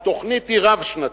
התוכנית היא רב-שנתית.